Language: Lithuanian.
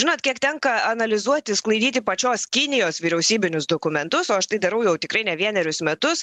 žinot kiek tenka analizuoti sklaidyti pačios kinijos vyriausybinius dokumentus o aš tai darau jau tikrai ne vienerius metus